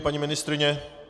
Paní ministryně?